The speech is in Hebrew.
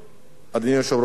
אדוני יושב-ראש האופוזיציה,